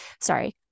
Sorry